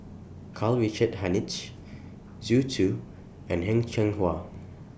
Karl Richard Hanitsch Zhu Xu and Heng Cheng Hwa